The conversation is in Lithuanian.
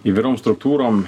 įvairiom struktūrom